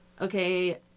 okay